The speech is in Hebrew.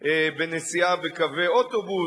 בנסיעה בקווי אוטובוס,